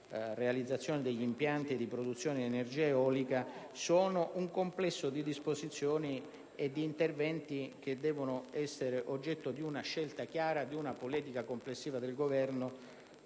realizzazione degli impianti di produzione di energia eolica sono un complesso di disposizioni e di interventi che devono essere oggetto di una scelta chiara e di una politica complessiva del Governo